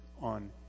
on